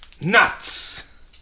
Nuts